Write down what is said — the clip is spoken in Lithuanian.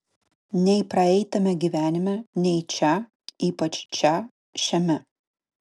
nei praeitame gyvenime nei čia ypač čia šiame